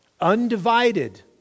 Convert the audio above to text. undivided